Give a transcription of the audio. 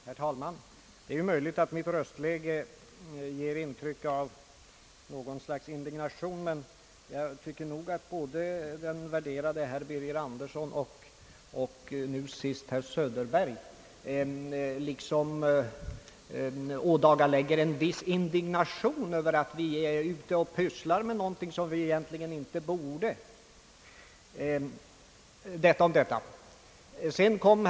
Herr talman! Det är möjligt att mitt röstläge ger intryck av något slags indignation, men jag tycker nog att både den värderade herr Birger Andersson och nu senast herr Söderberg också ådagalägger en viss indignation över att vi i den här frågan är ute och sysslar med någonting som vi egentligen inte borde syssla med. Detta om detta.